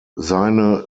seine